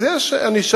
אז יש ענישה.